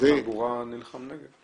שר התחבורה נלחם נגד.